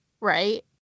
right